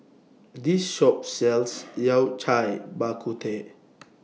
This Shop sells Yao Cai Bak Kut Teh